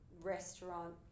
restaurant